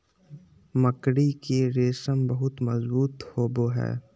मकड़ी के रेशम बहुत मजबूत होवो हय